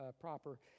proper